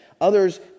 Others